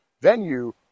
venue